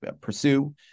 pursue